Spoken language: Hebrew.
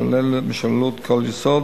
משוללות כל יסוד